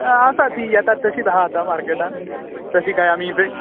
आसता ती येतात तशीच आहा मार्केटान तशी काय आमी वेग